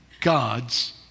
God's